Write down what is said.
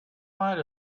might